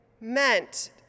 meant